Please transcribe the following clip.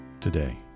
today